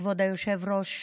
כבוד היושב-ראש,